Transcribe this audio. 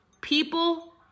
People